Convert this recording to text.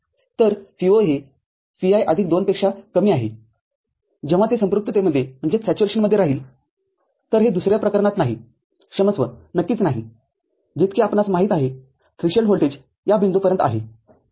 तर Vo हे Vi आदिक २ पेक्षा कमी आहे जेव्हा ते संपृक्ततेमध्ये राहीलतर हे दुसऱ्या प्रकरणात नाही क्षमस्व नक्कीच नाहीजितके आपणास माहीत आहे थ्रीशोल्डव्होल्टेज या बिंदूपर्यंत आहे